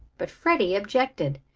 but freddie objected.